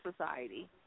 society